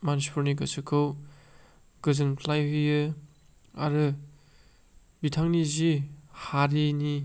मानसिफोरनि गोसोखौ गोजोनग्लाय होयो आरो बिथांनि जि हारिनि